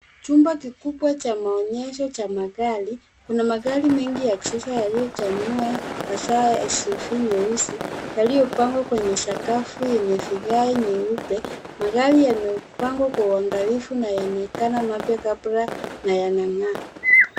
Chumba kikubwa cha maonyesho cha magari. Kuna magari mengi ya kisasa yaliyo chanua hasa ya safu nyeusi yaliyopangwa kwenye sakafu yenye vigae nyeupe. Magari yamepangwa kwa uangalifu na yanaonekana mapya kabla na yanangaa.